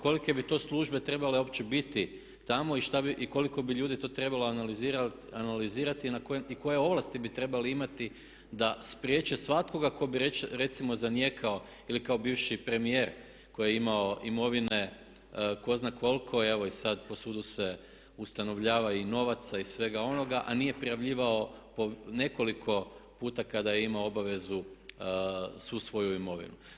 Kolike bi to službe trebale uopće biti tamo i koliko bi ljudi to trebalo analizirati i koje ovlasti bi trebali imati da spriječe svakoga tko bi recimo zanijekao ili kao bivši premijer koji je imao imovine tko zna koliko, evo i sad po sudu se ustanovljava i novaca i svega onoga, a nije prijavljivao po nekoliko puta kada je imao obavezu svu svoju imovinu.